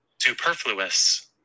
superfluous